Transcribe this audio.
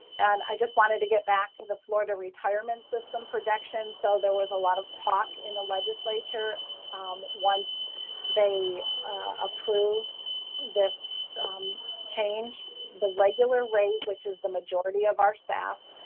and i just wanted to get back to the florida retirement system projection. so there was a lot of talk in the legislature once they approved this change, the regular rate, which is the majority of our staff,